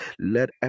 let